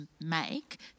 make